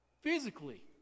Physically